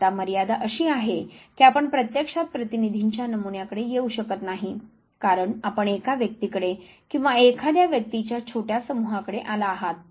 आता मर्यादा अशी आहे की आपण प्रत्यक्षात प्रतिनिधींच्या नमुन्याकडे येऊ शकत नाही कारण आपण एका व्यक्ती कडे किंवा एखाद्या व्यक्तींच्या छोट्या समुहाकडे आला आहात